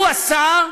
הוא השר,